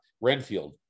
Renfield